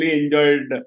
enjoyed